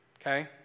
okay